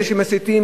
אלה שמסיתים,